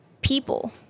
people